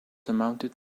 amounted